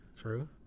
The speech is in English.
True